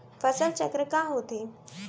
फसल चक्र का होथे?